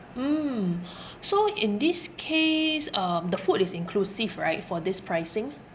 mm so in this case um the food is inclusive right for this pricing